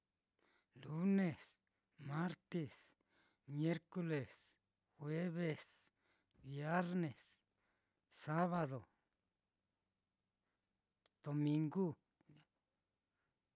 Lunes, martes, miercules, jueves, viarnes, sabado, domingu.